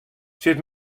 sit